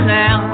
now